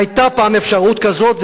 היתה פעם אפשרות כזאת,